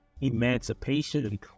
emancipation